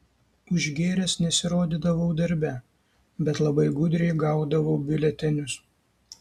užgėręs nesirodydavau darbe bet labai gudriai gaudavau biuletenius